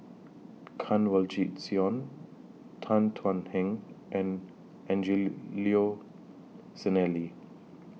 Kanwaljit Soin Tan Thuan Heng and Angelo Sanelli